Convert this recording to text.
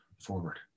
forward